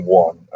one